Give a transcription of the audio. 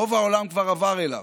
רוב העולם כבר עבר אליו: